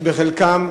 שבחלקן,